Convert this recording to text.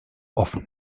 offen